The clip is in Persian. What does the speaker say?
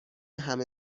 همه